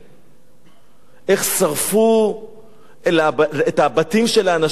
איך שרפו את הבתים של האנשים, ועשו בהם לינץ'.